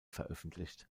veröffentlicht